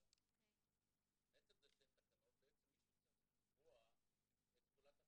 אבל מעצם זה שאין תקנות בעצם מישהו צריך לקבוע את תכולת הפוליסה,